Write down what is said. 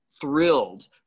thrilled